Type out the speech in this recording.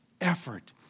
effort